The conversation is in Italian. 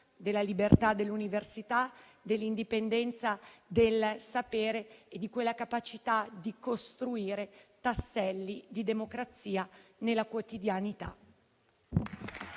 della libertà dell'università, dell'indipendenza del sapere e di quella capacità di costruire tasselli di democrazia nella quotidianità.